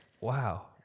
Wow